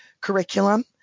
curriculum